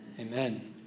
Amen